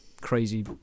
crazy